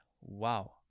Wow